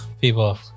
people